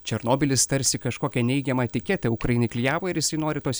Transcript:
černobylis tarsi kažkokią neigiamą etiketę ukrainai klijavo ir jisai nori tos